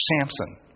Samson